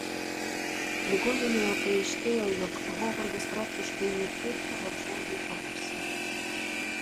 ligoninėje paaiškėjo jog hovardas praktiškai nukirto varžovui ausį